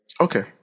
Okay